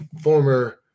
former